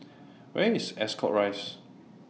Where IS Ascot Rise